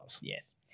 yes